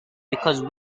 because